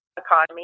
economy